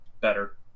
better